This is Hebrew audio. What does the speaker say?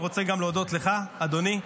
אני רוצה גם להודות לך, אדוני.